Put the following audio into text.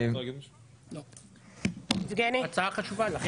ההצעה חשובה.